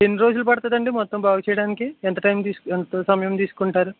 ఎన్ని రోజులు పడతుందండి మొత్తం బాగు చేయడానికి ఎంత టైం తీసుకు ఎంత సమయం తీసుకుంటారు